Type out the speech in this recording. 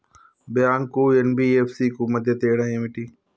Bank కు NBFC కు మధ్య తేడా ఏమిటి?